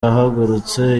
ihagurutse